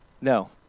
no